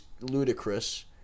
ludicrous